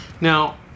Now